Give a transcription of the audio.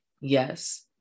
yes